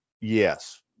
yes